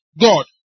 God